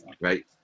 right